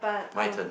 my turn